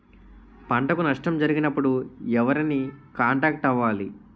పంటకు నష్టం జరిగినప్పుడు ఎవరిని కాంటాక్ట్ అవ్వాలి?